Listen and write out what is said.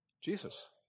Jesus